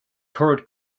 current